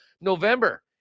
November